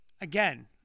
Again